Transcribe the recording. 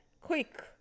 Quick